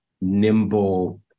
nimble